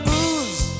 Booze